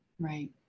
Right